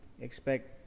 expect